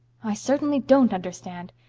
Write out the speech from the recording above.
i certainly don't understand.